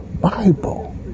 Bible